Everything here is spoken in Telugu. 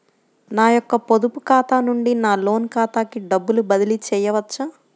నా యొక్క పొదుపు ఖాతా నుండి నా లోన్ ఖాతాకి డబ్బులు బదిలీ చేయవచ్చా?